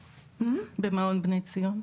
במעון בני ציון?